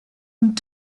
und